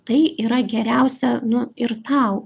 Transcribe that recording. tai yra geriausia nu ir tau